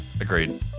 Agreed